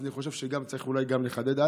אז אני חושב שצריך אולי גם לחדד.